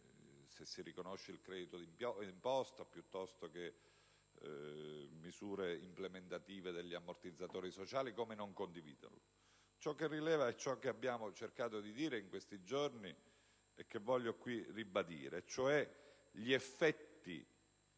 se si riconosce il credito d'imposta piuttosto che misure implementative degli ammortizzatori sociali, come non condividerle? Ciò che rileva e che abbiamo cercato di dire in questi giorni, e che voglio ora ribadire, è che gli effetti